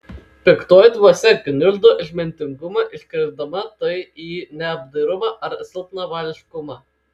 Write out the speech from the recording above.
piktoji dvasia gniuždo išmintingumą iškreipdama tai į neapdairumą ar silpnavališkumą